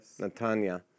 Netanya